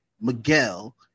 Miguel